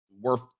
worth